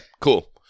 cool